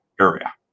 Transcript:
area